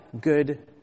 good